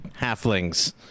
halflings